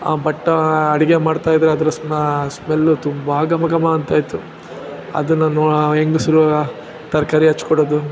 ಆ ಭಟ್ಟ ಅಡುಗೆ ಮಾಡ್ತಾಯಿದ್ದರೆ ಅದ್ರ ಆ ಸ್ಮೆಲ್ಲು ತುಂಬ ಘಮ ಘಮ ಅಂತ ಇತ್ತು ಅದನ್ನು ನೋ ಆ ಹೆಂಗಸ್ರು ತರಕಾರಿ ಹೆಚ್ಚಿ ಕೊಡೋದು